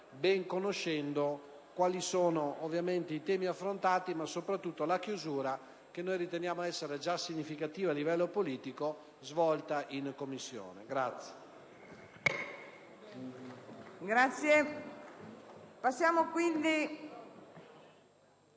ben conoscendo i temi affrontati ma, soprattutto, la chiusura, che noi riteniamo essere già significativa a livello politico, svolta in Commissione.